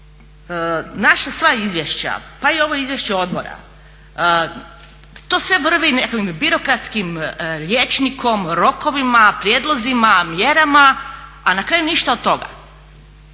Naša sva izvješća, pa i ovo izvješće odbora to sve vrvi nekakvim birokratskim rječnikom, rokovima, prijedlozima, mjerama, a na kraju ništa od toga.